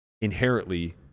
inherently